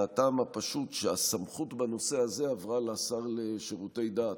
מהטעם הפשוט שהסמכות בנושא הזה עברה לשר לשירותי דת,